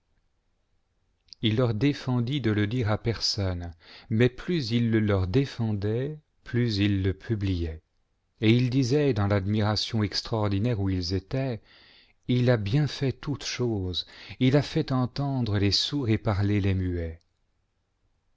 il leur défendit de le dire à personne mais plus il le leur défendait plus ils le publiait et ils disaient dans l'admiration extraordinaire où ils étaient il a bien fait toutes choses il a fait entendre les sourds et parler les muets